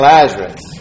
Lazarus